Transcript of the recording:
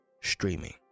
streaming